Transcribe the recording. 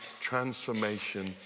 transformation